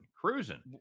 cruising